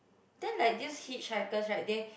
then like these hitchhikers right they